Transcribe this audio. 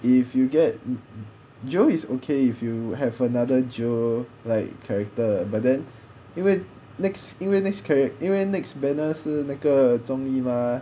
if you get geo is okay if you have another geo like character but then 因为 next 因为 char~ 因为 next banner 是那个综艺 mah